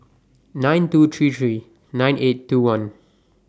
nine two three three nine eight two one